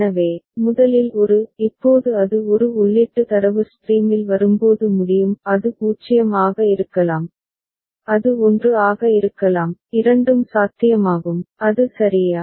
எனவே முதலில் ஒரு இப்போது அது ஒரு உள்ளீட்டு தரவு ஸ்ட்ரீமில் வரும்போது முடியும் அது 0 ஆக இருக்கலாம் அது 1 ஆக இருக்கலாம் இரண்டும் சாத்தியமாகும் அது சரியா